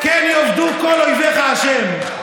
"כן יאבדו כל אויביך ה'".